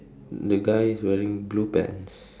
the guy's wearing blue pants